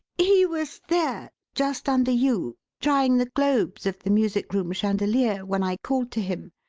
he was there, just under you, drying the globes of the music-room chandelier when i called to him.